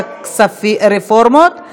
הצעת ועדת הרפורמות,